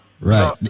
Right